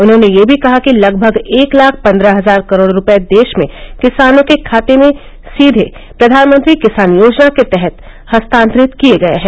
उन्होंने यह भी कहा कि लगभग एक लाख पन्द्रह हजार करोड़ रुपये देश में किसानों के खातों में सीधे प्र्यानमंत्री किसान योजना के तहत हस्तांतरित किए गए हैं